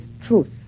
truth